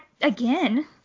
again